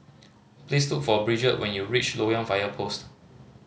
please look for Bridget when you reach Loyang Fire Post